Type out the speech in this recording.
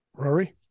Rory